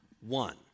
One